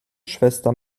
schwester